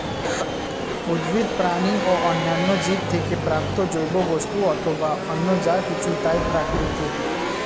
উদ্ভিদ, প্রাণী ও অন্যান্য জীব থেকে প্রাপ্ত জৈব বস্তু অথবা অন্য যা কিছু তাই প্রাকৃতিক